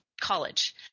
college